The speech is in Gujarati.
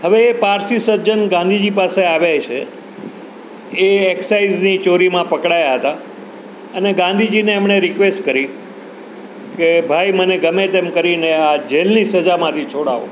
હવે એ પારસી સજ્જન ગાંધીજી પાસે આવે છે એ એક્સાઈઝની ચોરીમાં પકડાયા હતા અને ગાંધીજીને એમણે રિક્વેસ્ટ કરી કે ભાઈ મને ગમે તેમ કરીને આ જેલની સજામાંથી છોડાવો